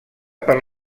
per